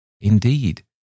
Indeed